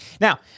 Now